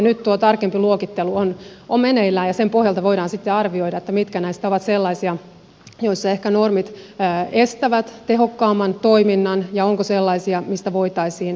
nyt tuo tarkempi luokittelu on meneillään ja sen pohjalta voidaan sitten arvioida mitkä näistä ovat sellaisia joissa ehkä normit estävät tehokkaamman toiminnan ja onko sellaisia mistä voitaisiin luopua